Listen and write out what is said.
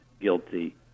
guilty